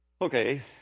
Okay